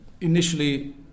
Initially